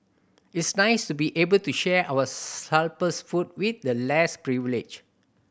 it's nice to be able to share our surplus food with the less privileged